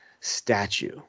statue